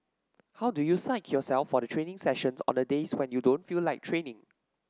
how do you psych yourself for the training sessions on the days when you don't feel like training